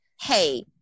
hey